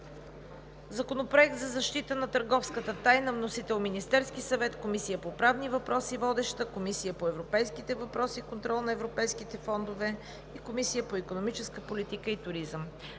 Законопроект за защита на търговската тайна. Вносител е Министерският съвет. Водеща е Комисията по правни въпроси. Разпределен е на Комисията по европейските въпроси и контрол на европейските фондове и Комисията по икономическа политика и туризъм.